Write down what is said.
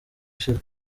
ishize